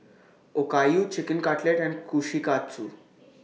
Okayu Chicken Cutlet and Kushikatsu